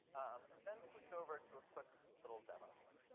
and then switch over to a quick little demo here.